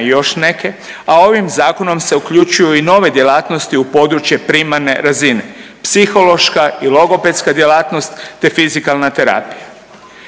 još neke, a ovim zakonom se uključuju i nove djelatnosti u područje primarne razine. Psihološka i logopedska djelatnost, te fizikalna terapija.